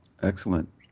Excellent